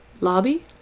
Lobby